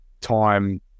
time